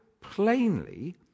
plainly